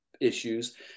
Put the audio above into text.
issues